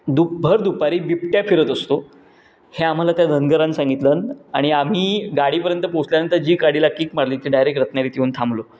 दुप भर दुपारी बिबट्या फिरत असतो हे आम्हाला त्या धनगराने सांगितलं आणि आम्ही गाडीपर्यंत पोहोचल्यानंतर जी गाडीला कीक मारली ती डायरेक रत्नागिरीत येऊन थांबलो